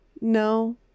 no